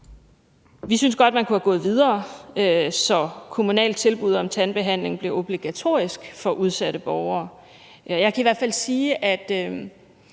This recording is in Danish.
Vi synes godt, man kunne have gået videre, så kommunalt tilbud om tandbehandling blev obligatorisk for udsatte borgere. Jeg kan i hvert fald sige, at